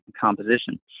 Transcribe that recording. composition